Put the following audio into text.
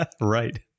Right